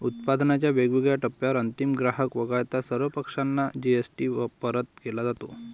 उत्पादनाच्या वेगवेगळ्या टप्प्यांवर अंतिम ग्राहक वगळता सर्व पक्षांना जी.एस.टी परत केला जातो